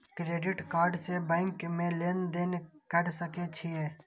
Credit card से bank में लेन देन कर सके छीये?